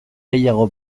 gehiago